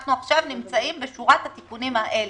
אנחנו עכשיו נמצאים בשורת התיקונים האלה.